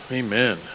Amen